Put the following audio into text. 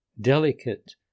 delicate